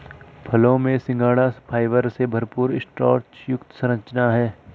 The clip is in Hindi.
फलों में सिंघाड़ा फाइबर से भरपूर स्टार्च युक्त संरचना है